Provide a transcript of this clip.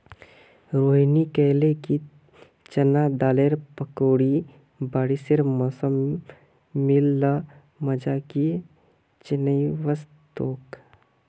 रोहिनी कहले कि चना दालेर पकौड़ी बारिशेर मौसमत मिल ल मजा कि चनई वस तोक